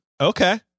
Okay